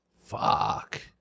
Fuck